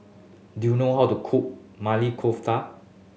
do you know how to cook Maili Kofta